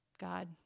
God